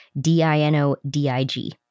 D-I-N-O-D-I-G